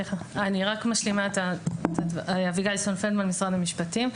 משרד המשפטים.